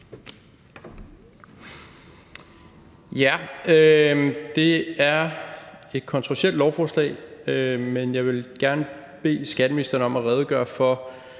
Det er et kontroversielt lovforslag. Men jeg vil gerne bede skatteministeren om at redegøre for